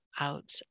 out